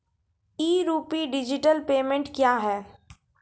ई रूपी digital payment क्या हैं?